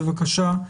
בבקשה.